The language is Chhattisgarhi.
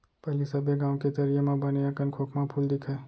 पहिली सबे गॉंव के तरिया म बने अकन खोखमा फूल दिखय